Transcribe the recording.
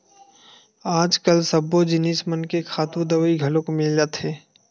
आजकाल सब्बो जिनिस मन के खातू दवई घलोक मिलत हे